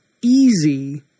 easy